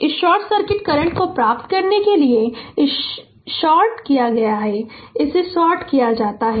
इस short circuit current को प्राप्त करने के लिए इसे शॉर्ट किया जाता है इसे शॉर्ट किया जाता है